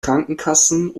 krankenkassen